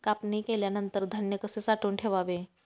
कापणी केल्यानंतर धान्य कसे साठवून ठेवावे?